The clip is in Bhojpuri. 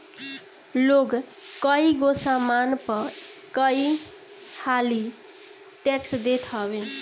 लोग कईगो सामान पअ कई हाली टेक्स देत हवे